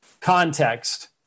context